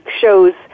shows